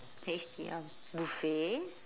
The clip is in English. tasty uh buffet